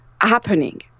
happening